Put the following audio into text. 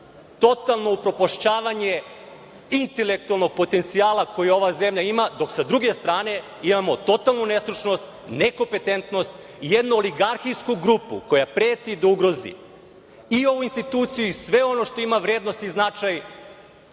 totalno upropašćavanje intelektualnog potencijala koji ova zemlja ima, dok sa druge strane imamo totalnu nestručnost, nekompetentnost, jednu oligarhijsku grupu koja preti da ugrozi i ovu instituciju i sve ono što ima vrednost i značaj